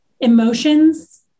emotions